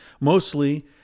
Mostly